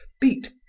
beat